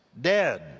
dead